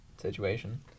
situation